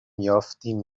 یافتیم